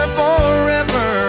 forever